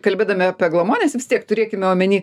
kalbėdami apie glamones vis tiek turėkime omeny